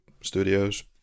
studios